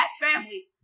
family